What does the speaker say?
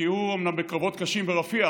כי הוא אומנם היה בקרבות קשים ברפיח,